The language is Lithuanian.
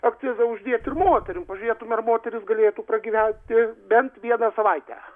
akcizą uždėt ir moterim pažiūrėtum ar moteris galėtų pragyventi bent vieną savaitę